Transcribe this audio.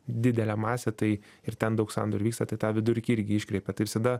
didelė masė tai ir ten daug sandorių vyksta tai tą vidurkį irgi iškreipia tai visada